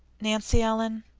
nancy ellen,